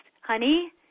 Honey